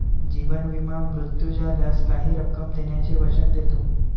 जीवन विमा मृत्यू झाल्यास काही रक्कम देण्याचे वचन देतो